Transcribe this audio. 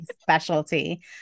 specialty